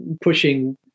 pushing